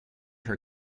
her